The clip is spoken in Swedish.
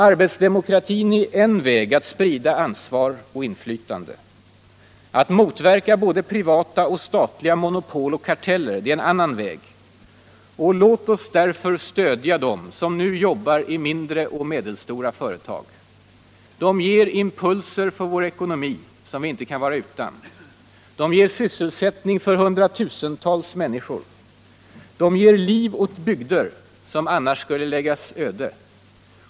Arbetsdemokratin är en väg att sprida ansvar och inflytande. Att motverka både privata och statliga monopol och karteller är en annan väg. Låt oss därför stödja dem som nu jobbar i mindre och medelstora företag. De ger impulser för vår ekonomi som vi inte kan vara utan. De ger sysselsättning för hundratusentals människor. De ger liv åt bygder som annars skulle läggas öde.